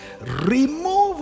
Remove